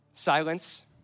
Silence